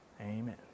Amen